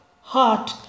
heart